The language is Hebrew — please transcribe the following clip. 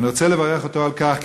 אני רוצה לברך אותו על כך,